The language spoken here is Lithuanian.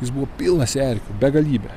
jis buvo pilnas erkių begalybę